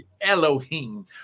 Elohim